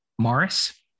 Morris